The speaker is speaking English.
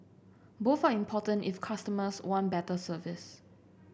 both are important if customers want better service